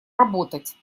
работать